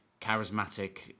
charismatic